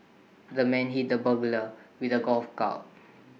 the man hit the burglar with A golf